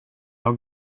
har